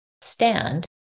Stand